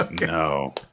No